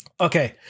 okay